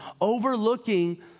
overlooking